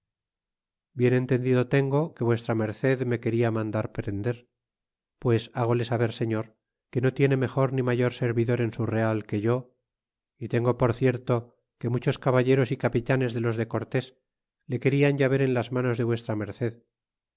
bien entendido tengo que v merced me quena mandar prender pues hagole saber señor que no tiene mejor ni mayor servidor en su real que yo y tengo por cierto que muchos caballeros y capitanes de los de cortés le querian ya ver en las manos de v merced